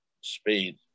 Speed